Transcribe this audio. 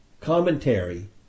commentary